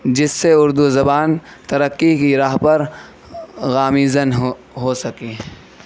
جس سے اُردو زبان ترقی کی راہ پر گامزن ہو ہو سکیں